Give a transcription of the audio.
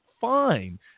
fine